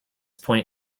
point